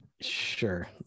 sure